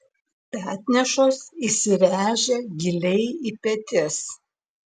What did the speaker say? petnešos įsiręžia giliai į petis